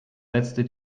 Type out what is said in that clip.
letzte